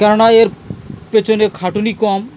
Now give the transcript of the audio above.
কেননা এর পেছনে খাটুনি কম